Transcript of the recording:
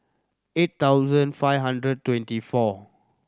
eight thousand five hundred twenty four